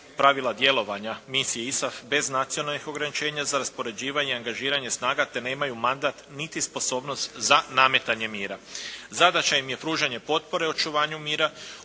pravila djelovanja misije ISAF bez nacionalnih ograničenja za raspoređivanje i angažiranje snaga te nemaju mandat niti sposobnost za nametanje mira. Zadaća im je pružanje potpore očuvanju mira,